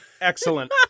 Excellent